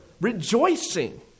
rejoicing